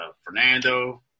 Fernando